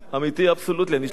אמיתי absolutely, אני אשלח אותך,